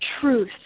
truth